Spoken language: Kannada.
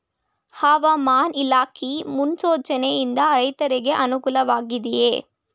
ಹವಾಮಾನ ಇಲಾಖೆ ಮುನ್ಸೂಚನೆ ಯಿಂದ ರೈತರಿಗೆ ಅನುಕೂಲ ವಾಗಿದೆಯೇ?